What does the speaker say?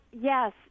yes